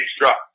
dropped